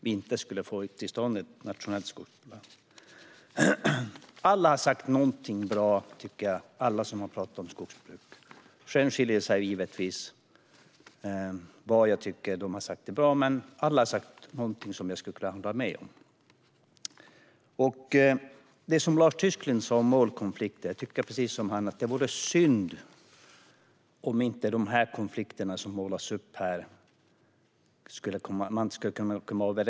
Alla som har talat om skogsbruk här har sagt något bra, tycker jag. Sedan skiljer det sig givetvis åt när det gäller vad jag tycker är bra och inte hos respektive talare, men alla har sagt någonting som jag skulle kunna hålla med om. Lars Tysklind talade om målkonflikter. Jag tycker precis som han att det vore synd om man inte skulle kunna komma överens om ett nationellt skogsprogram mot bakgrund av de konflikter som målas upp här.